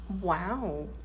wow